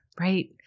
right